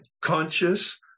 Conscious